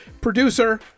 producer